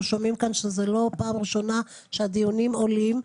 שומעים כאן שזו לא הפעם הראשונה שהדיונים עולים.